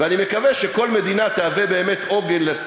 ואני מקווה שכל מדינה תהווה עוגן באמת